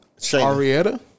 Arietta